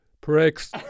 pricks